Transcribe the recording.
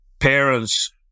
parents